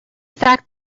fact